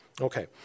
Okay